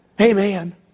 Amen